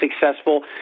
successful